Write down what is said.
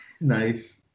Nice